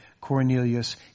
Cornelius